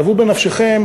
שוו בנפשכם